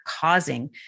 causing